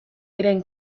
diren